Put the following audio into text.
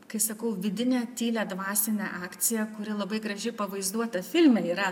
kai sakau vidinę tylią dvasinę akciją kuri labai graži pavaizduota filme yra